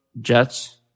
Jets